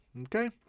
Okay